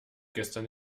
gestern